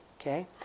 Okay